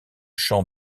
champs